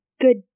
good